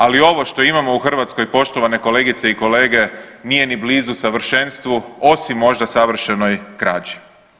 Ali ovo što imamo u Hrvatskoj poštovane kolegice i kolege, nije ni blizu savršenstvu, osim možda savršenoj krađi.